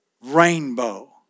rainbow